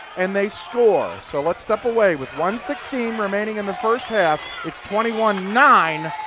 and they score. so let's step away with one sixteen remaining in the first half. it's twenty one nine